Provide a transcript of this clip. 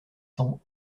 cents